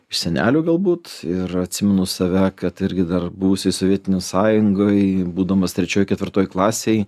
iš senelių galbūt ir atsimenu save kad irgi dar buvusioj sovietinėj sąjungoj būdamas trečioj ketvirtoj klasėj